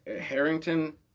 Harrington